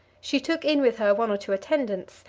she took in with her one or two attendants,